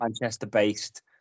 Manchester-based